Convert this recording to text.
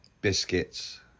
Biscuits